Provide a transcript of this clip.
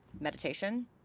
meditation